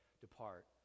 depart